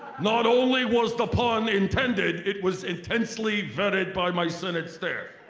not only was the pun intended, it was intensely vetted by my senate staff.